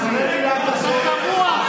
אתה צבוע.